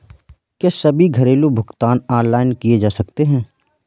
क्या सभी घरेलू भुगतान ऑनलाइन किए जा सकते हैं?